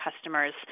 customers